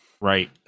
right